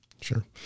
Sure